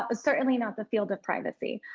ah certainly not the field of privacy.